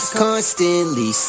constantly